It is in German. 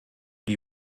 die